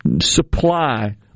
supply